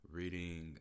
reading